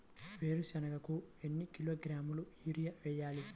వేరుశనగకు ఎన్ని కిలోగ్రాముల యూరియా వేయాలి?